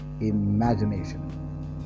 imagination